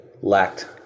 lacked